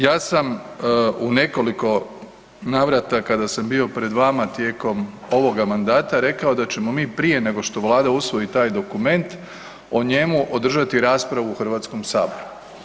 Ja sam u nekoliko navrata kada sam bio pred vama tijekom ovoga mandata rekao da ćemo mi prije nego što Vlada usvoji taj dokument o njemu održati raspravu u Hrvatskom saboru.